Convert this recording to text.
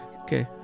Okay